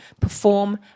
perform